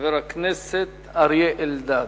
חבר הכנסת אריה אלדד.